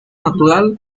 natural